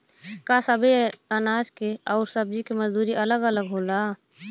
का सबे अनाज के अउर सब्ज़ी के मजदूरी अलग अलग होला?